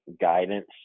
guidance